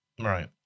Right